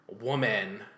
woman